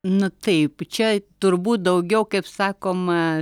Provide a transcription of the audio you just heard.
nu taip čia turbūt daugiau kaip sakoma